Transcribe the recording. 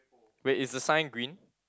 wait is the sign green